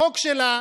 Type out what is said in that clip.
החוק שלה,